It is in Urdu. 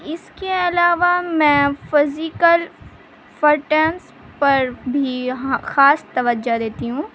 اس کے علاوہ میں فزیکل فٹنس پر بھی خاص توجہ دیتی ہوں